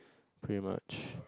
pretty much